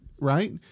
right